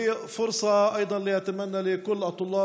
(אומר בערבית: זו גם הזדמנות לאחל הצלחה